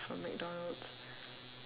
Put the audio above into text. from mcdonald's